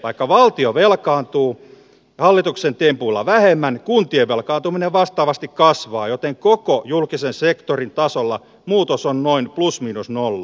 vaikka valtio velkaantuu hallituksen tempuilla vähemmän kuntien velkaantuminen vastaavasti kasvaa joten koko julkisen sektorin tasolla muutos on noin plus miinus nolla